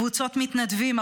קבוצות מתנדבים,